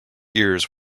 ears